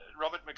Robert